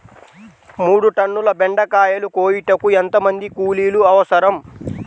మూడు టన్నుల బెండకాయలు కోయుటకు ఎంత మంది కూలీలు అవసరం?